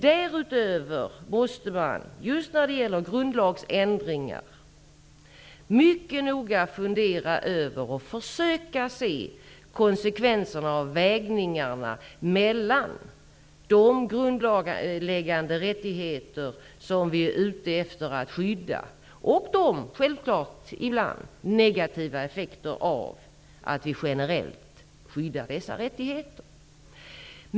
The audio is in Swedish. I fråga om grundlagsändringar måste man mycket noga fundera över och försöka se konsekvenserna och göra avvägningarna mellan de grundläggande rättigheter som vi är ute efter att skydda och de, självklart, ibland negativa effekterna av att vi generellt skyddar dessa rättigheter.